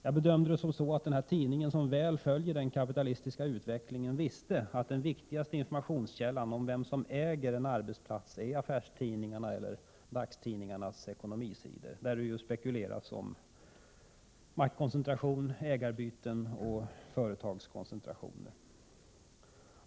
Jag bedömde det som så att den här tidningen, som väl följer den kapitalistiska utvecklingen, visste att den viktigaste informationskällan om vem som äger en arbetsplats är affärstidningarna eller dagstidningarnas ekonomisidor, där det ju spekuleras om maktkoncentration, ägarbyten och företagskoncentrationer.